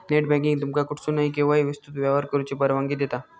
net banking तुमका कुठसूनही, केव्हाही विस्तृत व्यवहार करुची परवानगी देता